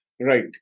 right